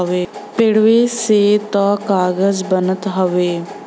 पेड़वे से त कागज बनत हउवे